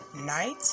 night